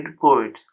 poets